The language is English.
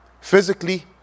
Physically